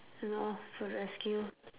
ya lor for rescue